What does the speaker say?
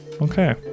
Okay